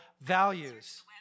values